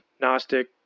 Gnostic